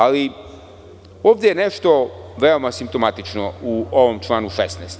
Ali, ovde je nešto veoma simptomatično, u ovom članu 16.